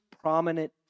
prominent